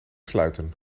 sluiten